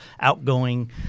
outgoing